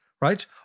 right